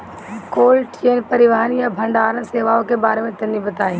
Cold chain परिवहन या भंडारण सेवाओं के बारे में तनी बताई?